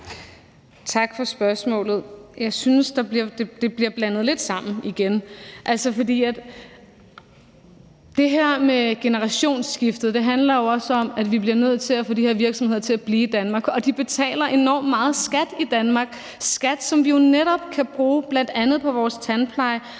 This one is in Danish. Tak for spørgsmålet. Jeg synes, det bliver blandet lidt sammen igen. For det her med generationsskiftet handler jo også om, at vi bliver nødt til at få de her virksomheder til at blive i Danmark. Og de betaler enormt meget skat i Danmark – skat, som vi jo netop kan bruge bl.a. på vores tandpleje.